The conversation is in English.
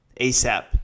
ASAP